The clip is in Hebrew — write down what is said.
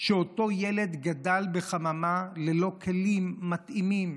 שאותו ילד גדל בחממה ללא כלים מתאימים.